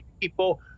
people